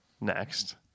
next